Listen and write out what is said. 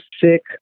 sick